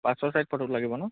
passport size photo লাগিব ন